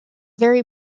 very